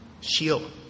shield